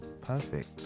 perfect